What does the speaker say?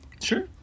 Sure